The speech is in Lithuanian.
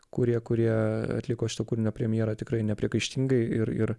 kurie kurie atliko šito kūrinio premjerą tikrai nepriekaištingai ir ir